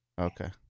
Okay